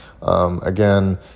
Again